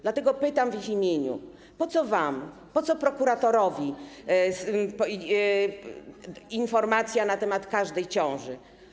Dlatego pytam w ich imieniu: Po co wam, po co prokuratorowi informacja na temat każdej ciąży?